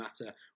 matter